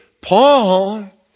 Paul